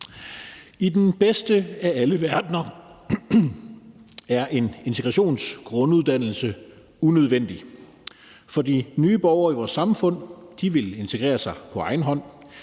I den bedste af alle verdener ville en integrationsgrunduddannelse være unødvendig, fordi de nye borgere i vores samfund ville integrere sig på egen hånd.